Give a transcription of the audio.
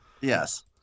Yes